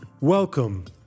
welcome